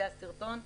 זה הסרטון.